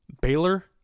Baylor